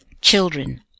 children